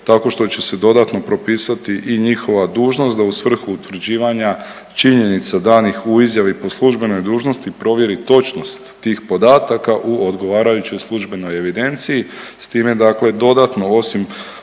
tako što će se dodatno propisati i njihova dužnost da u svrhu utvrđivanja činjenica danih u izjavi po službenoj dužnosti provjeri točnost tih podataka u odgovarajućoj službenoj evidencija, s time dakle dodatno osim